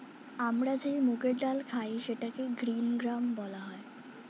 আমরা যে মুগের ডাল খাই সেটাকে গ্রীন গ্রাম বলা হয়